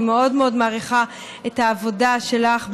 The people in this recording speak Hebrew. אני מאוד מעריכה את העבודה שלך,